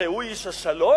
הרי הוא איש השלום.